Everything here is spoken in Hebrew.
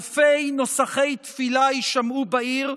אלפי נוסחי תפילה יישמעו בעיר,